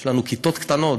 יש לנו כיתות קטנות,